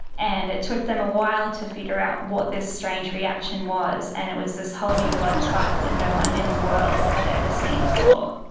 and it took them a while to figure out what this strange reaction was, and it was this whole new blood type that no one in the world had ever seen before.